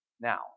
Now